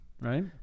right